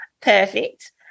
Perfect